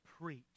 preach